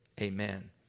amen